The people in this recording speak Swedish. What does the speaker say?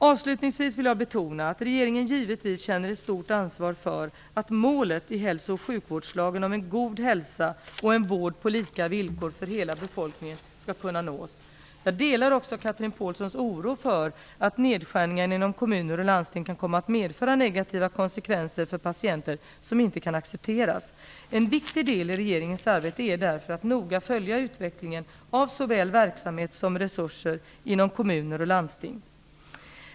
Avslutningsvis vill jag betona att regeringen givetvis känner ett stort ansvar för att målet i hälso och sjukvårdslagen om en god hälsa och en vård på lika villkor för hela befolkningen skall kunna nås. Jag delar också Chatrine Pålssons oro för att nedskärningarna inom kommuner och landsting kan komma att medföra negativa konsekvenser för patienter som inte kan accepteras. En viktig del i regeringens arbete är därför att noga följa utvecklingen av såväl verksamhet som resurser inom kommuner och landsting.